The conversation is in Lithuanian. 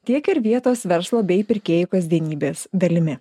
tiek ir vietos verslo bei pirkėjų kasdienybės dalimi